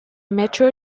metro